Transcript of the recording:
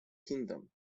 kingdom